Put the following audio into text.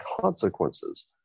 consequences